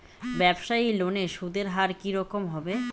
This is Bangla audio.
ব্যবসায়ী লোনে সুদের হার কি রকম হবে?